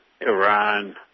Iran